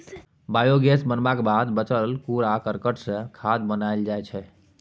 biogas बनबाक बाद बचल कुरा करकट सँ खाद बनाएल जाइ छै